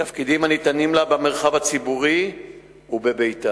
בתפקידים הניתנים לה במרחב הציבורי ובביתה.